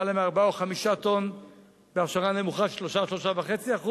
למעלה מ-4 או 5 טונות בהעשרה נמוכה, 3% או 3.5%,